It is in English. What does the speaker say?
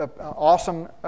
awesome